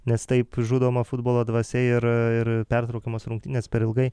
nes taip žudoma futbolo dvasia ir ir pertraukiamos rungtynės per ilgai